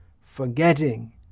forgetting